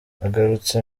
agarutse